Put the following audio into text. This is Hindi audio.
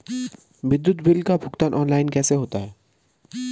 विद्युत बिल का भुगतान ऑनलाइन कैसे होता है?